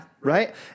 Right